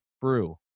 Brew